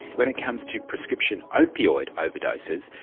when it comes to prescription opioid overdoses,